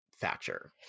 thatcher